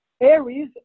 aries